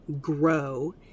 grow